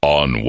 on